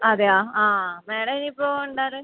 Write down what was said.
അതെയോ ആ മാഡം ഇനി ഇപ്പോൾ ഉണ്ടോ അവിടെ